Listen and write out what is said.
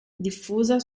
diffusa